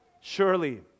Surely